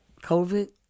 COVID